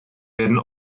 werden